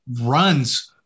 runs